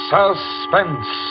Suspense